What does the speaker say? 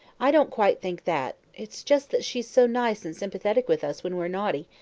i don't quite think that it's just that she's so nice and sympathetic with us when we're naughty,